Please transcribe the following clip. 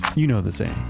you know the saying,